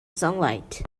sunlight